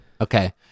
Okay